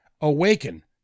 awaken